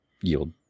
yield